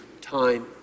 time